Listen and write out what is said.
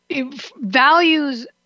values